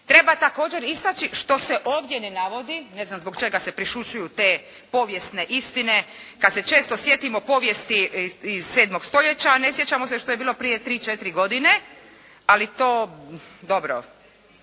Treba također istaći što se ovdje ne navodi, ne znam zbog čega se prešućuju te povijesne istine, pa se često sjetimo povijesti iz 7. stoljeća a ne sjećamo se što je bilo prije 3, 4 godine, ali to dobro,